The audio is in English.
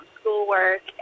schoolwork